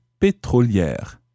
pétrolière